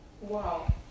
Wow